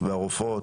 הרופאות,